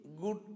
good